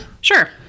Sure